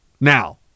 now